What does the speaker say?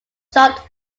sharp